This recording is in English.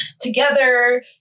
together